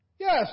Yes